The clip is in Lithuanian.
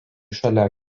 šalia